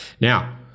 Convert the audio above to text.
Now